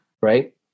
Right